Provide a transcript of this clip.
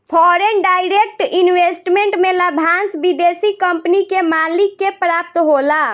foreign direct investment में लाभांस विदेशी कंपनी के मालिक के प्राप्त होला